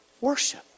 Worship